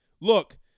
Look